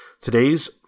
today's